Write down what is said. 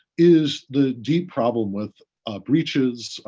is the deep problem with ah breaches,